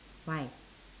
fine